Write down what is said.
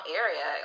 area